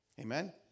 Amen